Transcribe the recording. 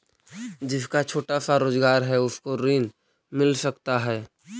जिसका छोटा सा रोजगार है उसको ऋण मिल सकता है?